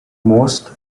most